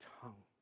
tongue